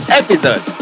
episode